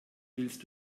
willst